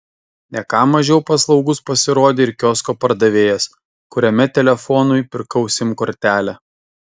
ne ką mažiau paslaugus pasirodė ir kiosko pardavėjas kuriame telefonui pirkau sim kortelę